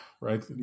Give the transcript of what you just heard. right